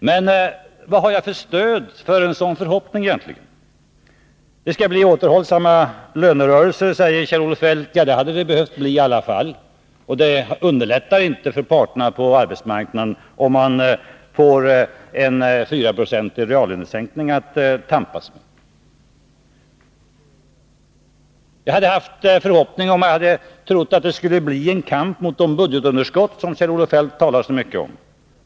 Men vad har jag egentligen för stöd för en sådan förhoppning? Det skall bli återhållsamma lönerörelser, säger Kjell-Olof Feldt. Det hade det behövt bli i alla fall. Och det underlättar inte för parterna på arbetsmarknaden om de får en 4-procentig reallönesänkning att tampas med. Jag hade kunnat hysa en sådan förhoppning, om jag hade trott att det skulle bli en kamp mot de budgetunderskott som Kjell-Olof Feldt talar så mycket om.